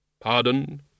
Pardon